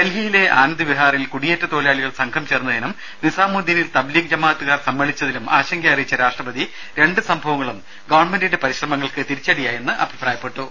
ഡൽഹിയിലെ ആനന്ദ് വിഹാറിൽ കുടിയേറ്റ തൊഴിലാളികൾ സംഘം ചേർന്നതിനും നിസാമുദ്ദീനിൽ തബ് ലീഗ് ജമാഅത്തുകാർ സമ്മേളിച്ചതിലും ആശങ്കയറിയിച്ച രാഷ്ട്രപതി രണ്ട് സംഭവങ്ങളും പരിശ്രമങ്ങൾക്ക് തിരിച്ചടിയായെന്ന് ഗവൺമെന്റിന്റെ അഭിപ്രായപ്പെട്ടു